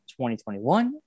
2021